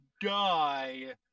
die